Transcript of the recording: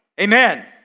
amen